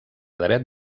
dret